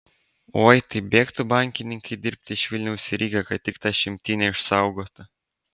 oi tai bėgtų bankininkai dirbti iš vilniaus į rygą kad tik tą šimtinę išsaugotų